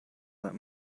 that